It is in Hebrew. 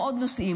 כמו בעוד נושאים,